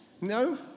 No